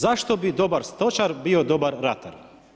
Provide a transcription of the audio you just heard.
Zašto bi dobar stočar bio dobar ratar?